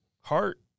heart